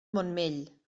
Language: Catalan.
montmell